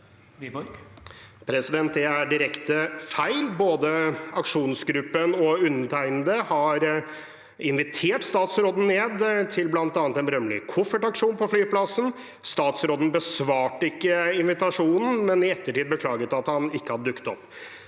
Det er direkte feil. Både aksjonsgruppen og undertegnede har invitert statsråden ned til bl.a. en berømmelig koffertaksjon på flyplassen. Statsråden besvarte ikke invitasjonen, men i ettertid beklaget han at han ikke hadde dukket opp.